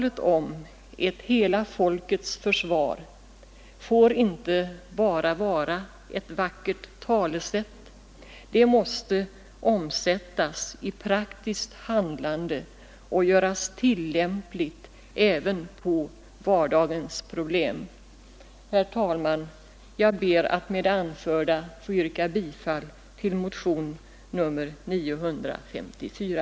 ”Ett hela folkets försvar” får inte bara vara ett vackert tal; det måste omsättas i praktiskt handlande och göras tillämpligt även på vardagens problem. Herr talman! Jag ber att med det anförda få yrka bifall till motionen 954.